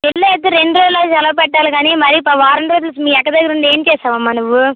పెళ్ళి అయితే రెండు రోజులే సెలవు పెట్టాలి కానీ మరీ వారం రోజులు మీ అక్క దగ్గర ఉంది ఏం చేసావు అమ్మా నువ్వు